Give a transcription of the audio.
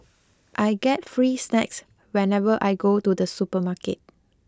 I get free snacks whenever I go to the supermarket